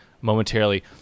momentarily